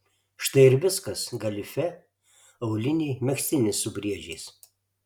štai ir viskas galifė auliniai megztinis su briedžiais